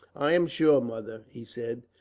i'm sure, mother, he said,